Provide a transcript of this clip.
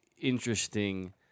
interesting